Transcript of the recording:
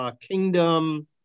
kingdom